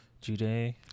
Jude